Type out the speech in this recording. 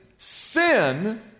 sin